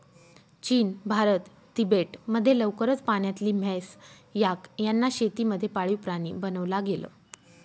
चीन, भारत, तिबेट मध्ये लवकरच पाण्यातली म्हैस, याक यांना शेती मध्ये पाळीव प्राणी बनवला गेल